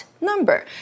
number